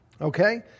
Okay